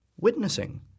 Witnessing